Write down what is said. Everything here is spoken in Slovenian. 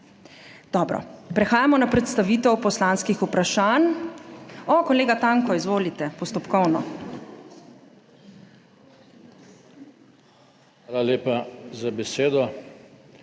Dobro, prehajamo na predstavitev poslanskih vprašanj … O, kolega Tanko, izvolite, postopkovno. JOŽE TANKO (PS